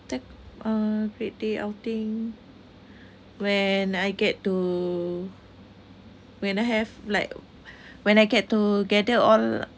that uh great day outing when I get to when I have like when I get to gather all